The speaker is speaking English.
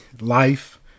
life